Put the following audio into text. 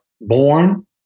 born